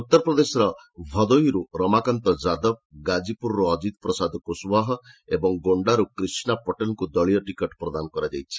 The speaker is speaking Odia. ଉତ୍ତର ପ୍ରଦେଶର ଭଦୋହୀରୁ ରମାକାନ୍ତ ଯାଦବ ଗାଜିପୁରରୁ ଅଜିତ୍ ପ୍ରସାଦ କୁସ୍ୱାହା ଏବଂ ଗୋଣ୍ଡାରୁ କ୍ରିଷ୍ଣା ପଟେଲ୍ଙ୍କୁ ଦଳୀୟ ଟିକେଟ୍ ପ୍ରଦାନ କରାଯାଇଛି